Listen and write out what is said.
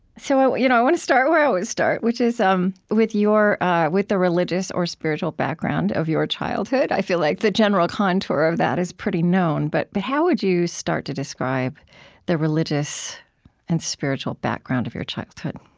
so you know i want to start where i always start, which is um with ah the religious or spiritual background of your childhood. i feel like the general contour of that is pretty known. but but how would you start to describe the religious and spiritual background of your childhood?